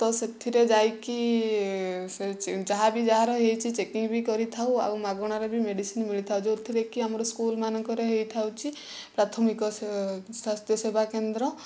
ତ ସେଥିରେ ଯାଇକି ଯାହା ବି ଯାହାର ହେଇଛି ଚେକିଂ ବି କରିଥାଉ ଆଉ ମାଗଣାରେ ବି ମେଡ଼ିସିନ ବି ମିଳିଥାଏ ଯେଉଁଥିରେ କି ଆମର ସ୍କୁଲମାନଙ୍କରେ ହୋଇଛି ପ୍ରାଥମିକ ସ୍ୱାସ୍ଥ୍ୟ ସେବା କେନ୍ଦ୍ର